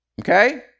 Okay